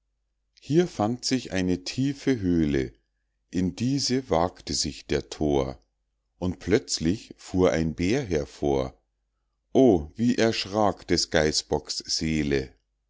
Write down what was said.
hier fand sich eine tiefe höhle in diese wagte sich der thor und plötzlich fuhr ein bär hervor o wie erschrak des geißbocks seele